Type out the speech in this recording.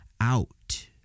out